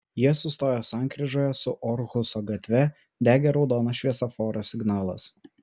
jie sustojo sankryžoje su orhuso gatve degė raudonas šviesoforo signalas